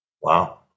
Wow